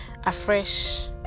afresh